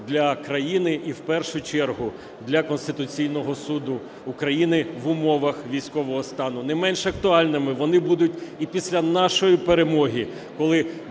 для країни і в першу чергу для Конституційного Суду України в умовах військового стану. Не менш актуальними вони будуть і після нашої перемоги, коли